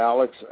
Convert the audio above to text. Alex